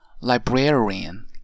librarian